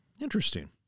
Interesting